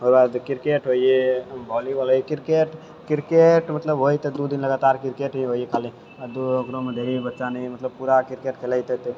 ओकरासँ क्रिकेट होइयै वोलीबॉल होइयै क्रिकेट क्रिकेट मतलब होइयै तऽ दू दिन लगातार क्रिकेटे हि होइयै खाली आओर ओकरोमे ढ़ेरी बच्चा नि मतलब पूरा क्रिकेट खेलैतै